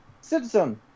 Citizen